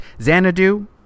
Xanadu